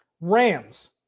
Rams